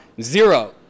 zero